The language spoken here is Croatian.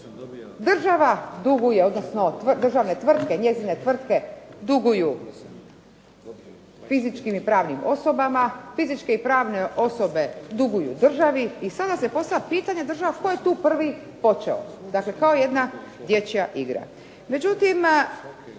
država duguje, odnosno državne tvrtke, njezine tvrtke duguju fizičkim i pravnim osobama. Fizičke i pravne osobe duguju državi, i sada se postavlja pitanje tko je tu prvi počeo? Dakle, kao jedna dječja igra.